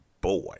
boy